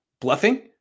bluffing